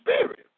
spirit